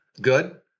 good